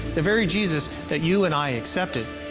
the very jesus that you and i accepted.